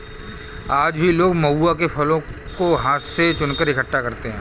आज भी लोग महुआ के फलों को हाथ से चुनकर इकठ्ठा करते हैं